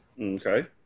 Okay